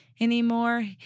anymore